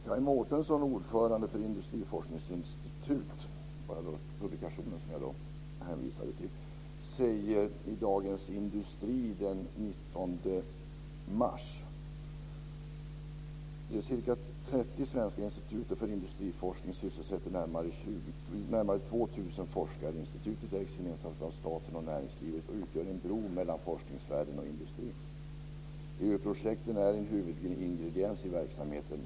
Kaj Mårtensson, ordförande för industriforskningsinsstitutens samarbetsorgan IRIS, vars publikation jag hänvisade till, säger i Dagens Industri den "De cirka 30 svenska instituten för industriforskning sysselsätter närmare 2 000 forskare. Instituten ägs gemensamt av staten och näringslivet och utgör en bro mellan forskningsvärlden och industrin. EU-projekten är en huvudingrediens i verksamheten.